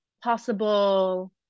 possible